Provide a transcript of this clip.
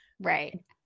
Right